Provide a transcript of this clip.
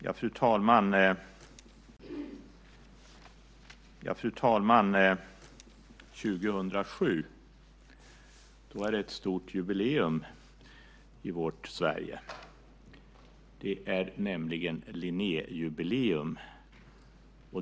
Fru talman! År 2007 är det ett stort jubileum i Sverige. Det är Linnéjubileum.